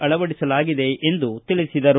ಅಳವಡಿಸಲಾಗಿದೆ ಎಂದು ತಿಳಿಸಿದರು